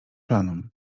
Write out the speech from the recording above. planom